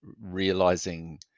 realizing